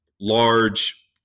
large